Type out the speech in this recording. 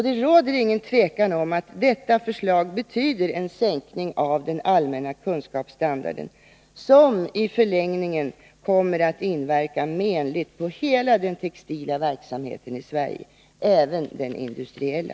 Det råder inget tvivel om att förslaget betyder en sänkning av den allmänna kunskapsstandarden, som i förlängningen kommer att inverka menligt på hela den textila verksamheten i Sverige, även den industriella.